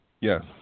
Yes